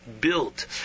built